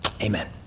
Amen